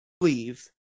leave